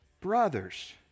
brothers